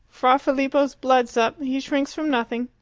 fra filippo's blood's up. he shrinks from nothing.